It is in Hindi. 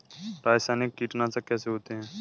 रासायनिक कीटनाशक कैसे होते हैं?